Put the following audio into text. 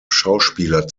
schauspieler